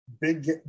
big